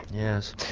yes,